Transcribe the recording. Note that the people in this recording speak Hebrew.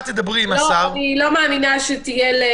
בשיח שהיה לנו איתם,